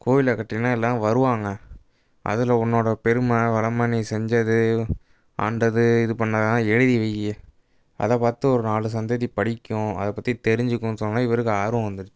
கோவிலை கட்டினா எல்லாம் வருவாங்க அதில் உன்னோடய பெருமை வளமை நீ செஞ்சது ஆண்டது இது பண்ணதுலாம் எழுதி வெய் அதை பார்த்து ஒரு நாலு சந்ததி படிக்கும் அதை பற்றி தெரிஞ்சுக்கும் சொன்னோடனே இவருக்கு ஆர்வம் வந்துடுச்சி